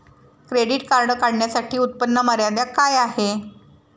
Credit card काढण्यासाठी उत्पन्न मर्यादा काय आहे?